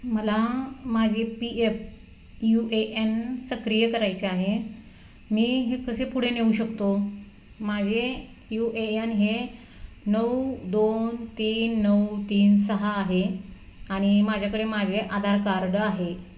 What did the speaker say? मला माझे P F U A N सक्रिय करायचे आहे मी हे कसे पुढे नेऊ शकतो माझे यू ए यन हे नऊ दोन तीन नऊ तीन सहा आहे आणि माझ्याकडे माझे आधार कार्ड आहे